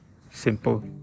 simple